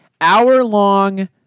hour-long